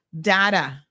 data